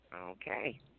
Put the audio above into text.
Okay